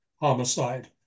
Homicide